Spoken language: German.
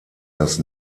das